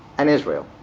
and israel.